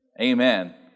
Amen